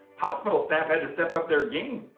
hospital staff had to step up their game.